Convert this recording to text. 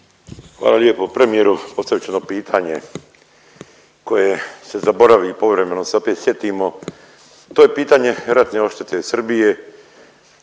Hvala lijepo. Premijeru postavit ću vam pitanje koje se zaboravi i povremeno se opet sjetimo to je pitanje ratne odštete Srbije.